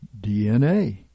DNA